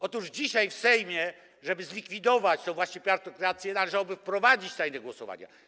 Otóż dzisiaj w Sejmie, żeby zlikwidować tę właśnie partiokrację, należałoby wprowadzić tajne głosowania.